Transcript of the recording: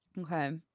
Okay